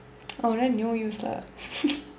oh then no use lah